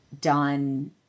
done